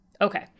Okay